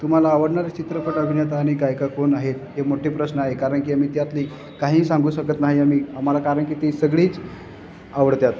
तुम्हाला आवडणारे चित्रपट अभिनेता आणि काय काय कोण आहे हे मोठे प्रश्न आहे कारणकी आम्ही त्यातली काही सांगू शकत नाही आम्ही आम्हाला कारणकी ती सगळीच आवडतात